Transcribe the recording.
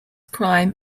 crime